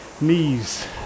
knees